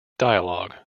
dialogue